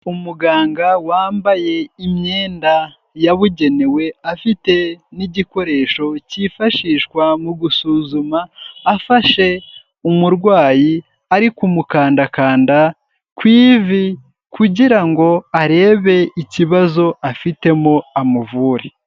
Umuganga wambaye imyenda yabugenewe, afite n'igikoresho cyifashishwa mu gusuzuma, afashe umurwayi, ari kumukandakanda ku ivi kugira ngo arebe ikibazo afitemo, amuvure.